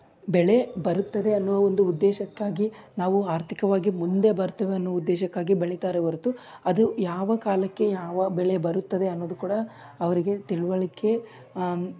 ಬೆಳೆ ಬರುತ್ತದೆ ಅನ್ನುವ ಒಂದು ಉದ್ದೇಶಕ್ಕಾಗಿ ನಾವು ಆರ್ಥಿಕವಾಗಿ ಮುಂದೆ ಬರ್ತೇವೆ ಅನ್ನೋ ಉದ್ದೇಶಕ್ಕಾಗಿ ಬೆಳೀತಾರೆ ಹೊರ್ತು ಅದು ಯಾವ ಕಾಲಕ್ಕೆ ಯಾವ ಬೆಳೆ ಬರುತ್ತದೆ ಅನ್ನೋದು ಕೂಡ ಅವರಿಗೆ ತಿಳುವಳಿಕೆ